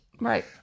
Right